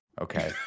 Okay